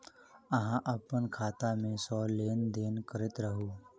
अहाँ अप्पन खाता मे सँ लेन देन करैत रहू?